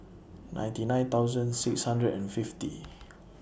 ninety nine thousand six hundred and fifty